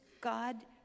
God